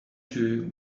two